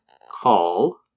call